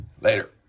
Later